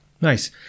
Nice